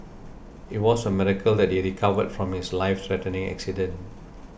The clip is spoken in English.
it was a miracle that he recovered from his life threatening accident